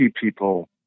people